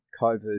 COVID